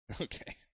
Okay